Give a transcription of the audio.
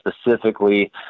specifically